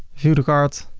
view the cart,